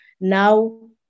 Now